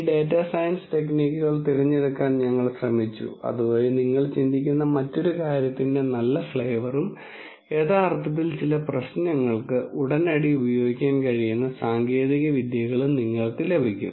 ഈ data science ടെക്നിക്കുകൾ തിരഞ്ഞെടുക്കാൻ ഞങ്ങൾ ശ്രമിച്ചു അതുവഴി നിങ്ങൾ ചിന്തിക്കുന്ന മറ്റൊരു കാര്യത്തിന്റെ നല്ല ഫ്ലേവറും യഥാർത്ഥത്തിൽ ചില പ്രശ്നങ്ങൾക്ക് ഉടനടി ഉപയോഗിക്കാൻ കഴിയുന്ന സാങ്കേതിക വിദ്യകളും നിങ്ങൾക്ക് ലഭിക്കും